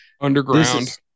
underground